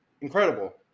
Incredible